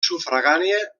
sufragània